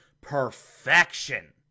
perfection